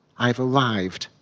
i've arrived.